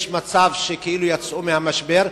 יש מצב שכאילו יצאו מהמשבר.